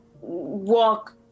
walk